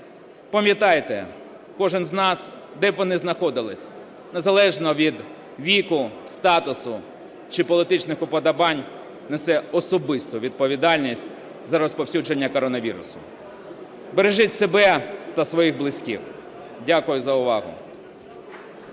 Пам'ятайте, кожен з нас, де б ви не знаходились, незалежно від віку, статусу чи політичних уподобань, несе особисту відповідальність за розповсюдження коронавірусу. Бережіть себе та своїх близьких. Дякую за увагу.